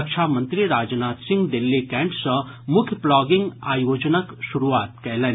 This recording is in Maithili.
रक्षा मंत्री राजनाथ सिंह दिल्ली कैंट सँ मुख्य प्लॉगिंग आयोजनक शुरूआत कयलनि